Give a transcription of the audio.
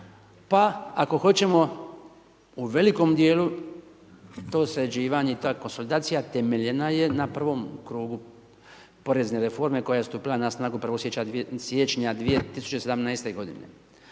pa ako hoćemo u velikom dijelu to sređivanje i ta konsolidacija temeljena je na prvom krugu porezne reforme koja je stupila na snagu 1. siječnja 2017. godine.